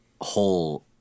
whole